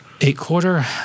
Eight-quarter